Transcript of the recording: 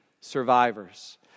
survivors